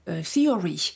theory